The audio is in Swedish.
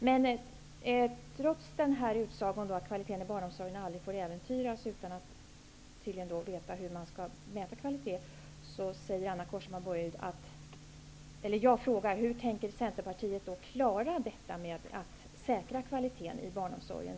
Men trots utsagan om att kvaliteten i barnomsorgen aldrig får äventyras, vet man inte hur kvaliteten skall mätas. Men hur tänker Centerpartiet klara frågan om att säkra kvaliteten i barnomsorgen?